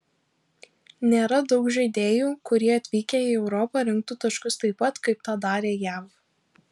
nėra daug žaidėjų kurie atvykę į europą rinktų taškus taip pat kaip tą darė jav